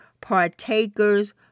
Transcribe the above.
partakers